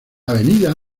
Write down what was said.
avenida